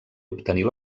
obtenir